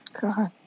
God